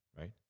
right